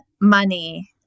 money